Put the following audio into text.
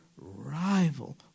rival